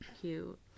cute